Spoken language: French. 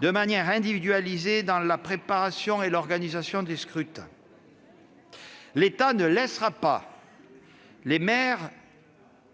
de manière individualisée, dans la préparation et l'organisation des scrutins. L'État ne laissera pas les maires